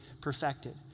perfected